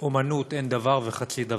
אמנות אין דבר וחצי דבר.